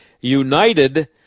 united